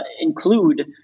include